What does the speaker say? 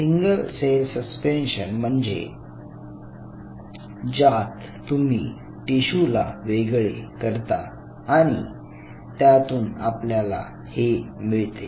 single cell suspension म्हणजे ज्यात तुम्ही टिशू ला वेगळे करता आणि त्यातून आपल्याला हे मिळते